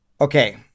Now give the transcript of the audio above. Okay